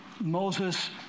Moses